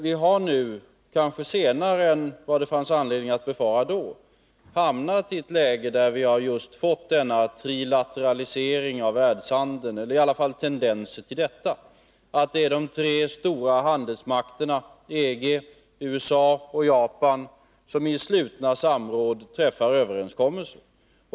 Vi har nu, kanske senare än vad det fanns anledning att befara då, hamnat i ett läge där vi har fått just en trilateralisering av världshandeln eller i varje fall tendenser i den riktningen: det är de tre stora handelsmakterna — EG, USA och Japan — som i slutna samråd träffar överenskommelser.